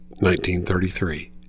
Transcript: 1933